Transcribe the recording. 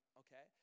okay